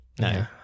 No